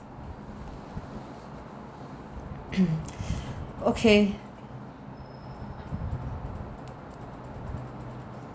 okay